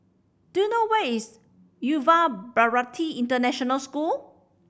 do you know where is Yuva Bharati International School